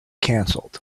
cancelled